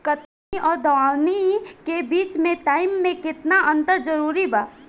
कटनी आउर दऊनी के बीच के टाइम मे केतना अंतर जरूरी बा?